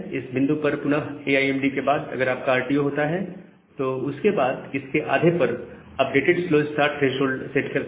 इस बिंदु पर पुन ए आई एम डी के बाद अगर आपका RTO होता है तब उसके बाद इसके आधे पर updated slow start threshold set करते हैं